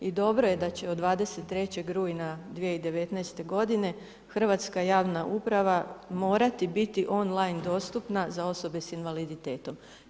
I dobro je da će od 23. rujna 2019. godine hrvatska javna uprava morati biti on-line dostupna za osobe sa invaliditetom.